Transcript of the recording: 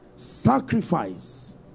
sacrifice